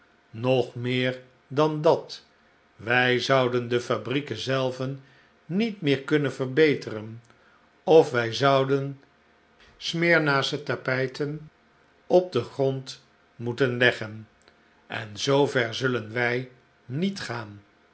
nog meer dan dat wij zouden de fabrieken zelven niet meer kunnen verbeteren of wij zouden smirnasche tapijten op den grond moeten leggen en zoo ver zullen wij niet gaan